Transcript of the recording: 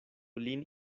lin